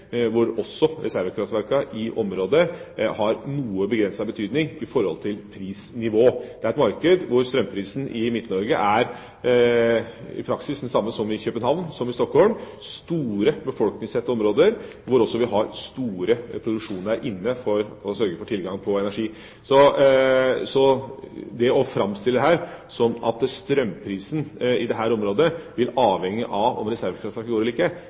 hvor også reservekraftverkene i området har noe begrenset betydning for prisnivået. Det er et marked hvor strømprisen i Midt-Norge i praksis er den samme som i København og Stockholm – store befolkningstette områder hvor vi også har store produksjoner for å sørge for tilgang på energi. Å framstille det som at strømprisen i dette området vil avhenge av om reservekraftverk